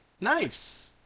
Nice